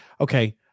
okay